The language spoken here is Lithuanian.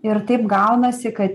ir taip gaunasi kad